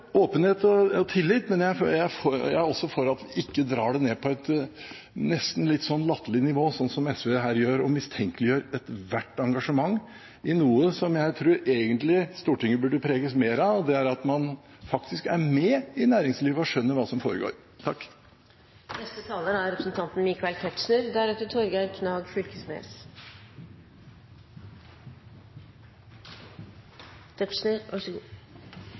åpenhet og tillit, men jeg er også for at man ikke drar det ned på et nesten litt latterlig nivå, som SV her gjør, og mistenkeliggjør ethvert engasjement i noe som jeg tror at Stortinget egentlig burde preges mer av, nemlig at man er med i næringslivet og skjønner hva som foregår. Når man fra representanten